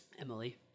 Emily